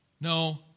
No